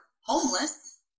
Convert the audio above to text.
homeless